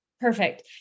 Perfect